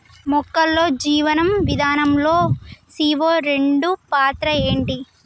మొక్కల్లో జీవనం విధానం లో సీ.ఓ రెండు పాత్ర ఏంటి?